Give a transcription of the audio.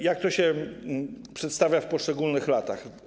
Jak to się przedstawia w poszczególnych latach?